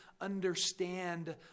understand